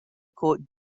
court